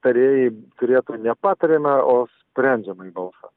tarėjai turėtų nepatariamąjį o sprendžiamąjį balsą